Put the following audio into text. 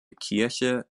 kirche